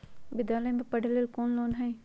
विद्यालय में पढ़े लेल कौनो लोन हई?